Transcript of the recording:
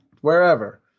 Wherever